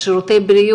לעמותות השותפות,